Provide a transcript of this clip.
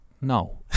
No